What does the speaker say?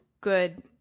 good –